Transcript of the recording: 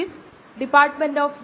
ഇത് ബയോ റിയാക്ടറുകളുടെ ഒരു mooc ആണ്